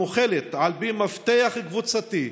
המוחלת על פי מפתח קבוצתי,